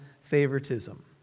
favoritism